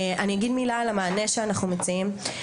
אני אגיד מילה על המענה שאנחנו מציעים.